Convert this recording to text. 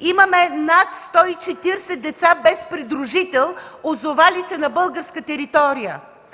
Имаме над 140 деца без придружител, озовали се на българска територия.